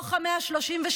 מתוך ה-136,